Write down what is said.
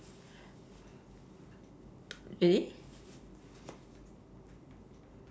ready